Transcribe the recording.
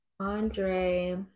Andre